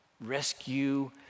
rescue